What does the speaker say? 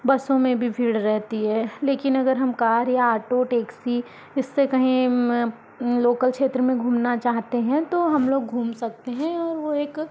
बसों में भी भीड़ रहती है लेकिन अगर हम कार या ऑटो टेक्सी इस से कहीं लोकल क्षेत्र में घूमना चाहते हैं तो हम लोग घूम सकते हैं और वो एक